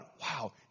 Wow